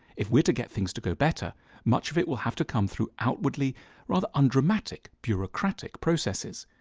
if we're to get things to go better much of it will have to come through outwardly rather undramatic bureaucratic processes.